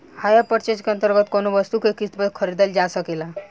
hire purchase के अंतर्गत कौनो वस्तु के किस्त पर खरीदल जा सकेला